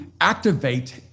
activate